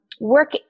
work